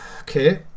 Okay